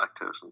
lactose